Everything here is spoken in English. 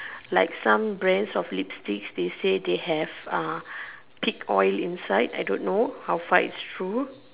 like some Brands of lipstick they say they have uh pig oil inside I don't know how far its true